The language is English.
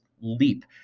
leap